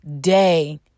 day